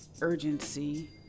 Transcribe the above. urgency